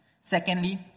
Secondly